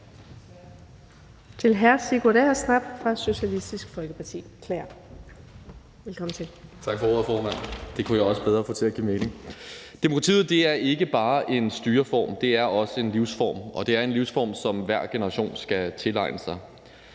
Demokratiet er ikke bare en styreform. Det er også en livsform, og det er en livsform, som hver generation skal tilegne sig.